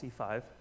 C5